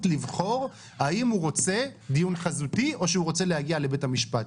לבחור האם הוא רוצה דיון חזותי או שהוא רוצה להגיע לבית משפט.